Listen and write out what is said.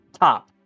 top